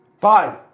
Five